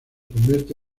convierte